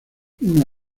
una